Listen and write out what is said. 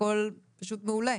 הכול פשוט מעולה.